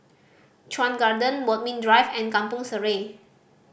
Chuan Garden Bodmin Drive and Kampong Sireh